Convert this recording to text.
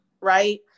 Right